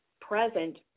Present